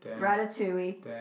Ratatouille